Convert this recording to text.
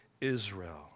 Israel